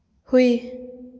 ꯍꯨꯏ